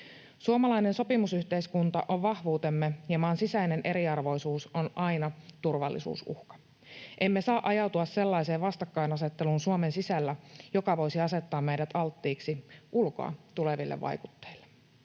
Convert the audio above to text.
Suomalainen sopimusyhteiskunta on vahvuutemme, ja maan sisäinen eriarvoisuus on aina turvallisuusuhka. Emme saa ajautua sellaiseen vastakkainasetteluun Suomen sisällä, mikä voisi asettaa meidät alttiiksi ulkoa tuleville vaikutteille.